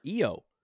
Io